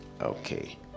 Okay